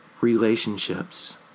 relationships